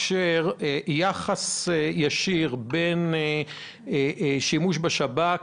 את היחס הישיר שציינת בין שימוש בשב"כ